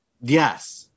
Yes